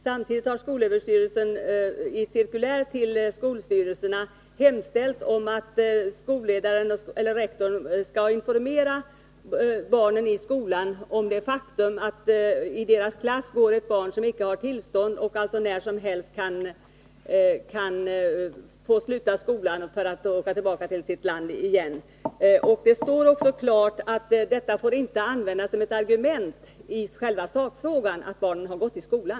Samtidigt har skolöverstyrelsen i ett cirkulär till skolstyrelserna hemställt att skolledaren eller rektorn skall informera barnen i skolan om det faktum att det i deras klass går ett barn som icke har uppehållstillstånd och alltså när som helst kan få sluta skolan för att åka tillbaka till sitt land igen. Det står också klart att detta faktum att barnet går i skolan inte får användas som ett argument i själva sakfrågan.